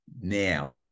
now